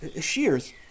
Shears